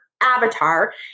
avatar